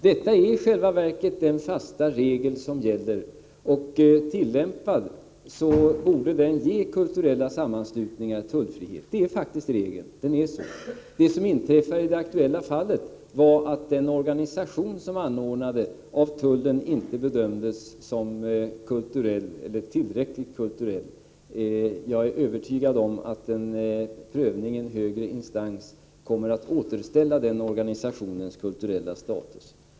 Detta är i själva verket den fasta regel som gäller, och tillämpad borde den ge kulturella sammanslutningar tullfrihet. Regeln är faktiskt sådan. Det som inträffade i det aktuella fallet var att den organisation som anordnade det hela av tullen inte bedömdes som kulturell eller tillräckligt kulturell. Jag är övertygad om att en prövning i högre instans kommer att återställa denna organisations kulturella status.